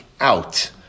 out